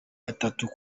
atatu